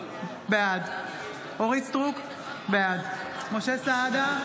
בעד אורית מלכה סטרוק, בעד משה סעדה,